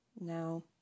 Now